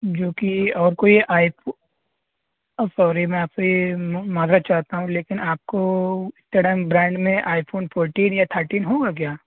جو کہ اور کوئی آئی فون سوری میں آپ سے یہ معذرت چاہتا ہوں لیکن آپ کو کرنٹ برانڈ میں آئی فون فورٹین یا تھرٹین ہوگا کیا